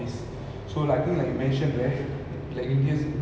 ya and like on top of that like